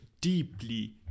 deeply